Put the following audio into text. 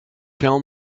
tell